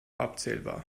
abzählbar